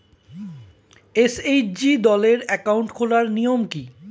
SHG দলের account খোলার নিয়ম কী?